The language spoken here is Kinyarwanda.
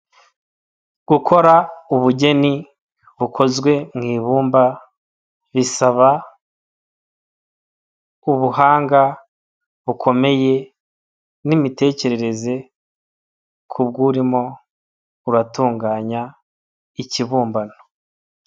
Gukora ubugeni bukozwe mu ibumba bisaba ubuhanga bukomeye n'imitekerereze ku bwo urimo uratunganya ikibumbano.